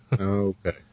okay